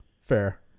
Fair